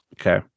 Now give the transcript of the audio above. Okay